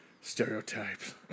stereotypes